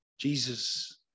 Jesus